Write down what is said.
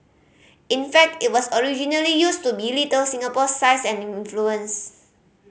in fact it was originally used to belittle Singapore's size and influence